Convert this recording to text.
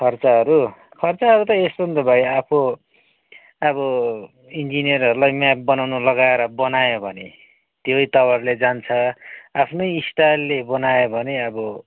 खर्चहरू खर्चहरू त यस्तो हो नि भाइ आफू अब इन्जिनियरहरूलाई म्याप बनाउनु लगाएर बनायो भने त्यही तौरले जान्छ आफ्नै स्टाइलले बनायो भने अब